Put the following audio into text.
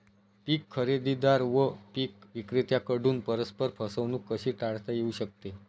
पीक खरेदीदार व पीक विक्रेत्यांकडून परस्पर फसवणूक कशी टाळता येऊ शकते?